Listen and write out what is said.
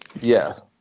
Yes